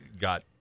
got